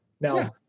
Now